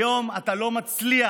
היום אתה לא מצליח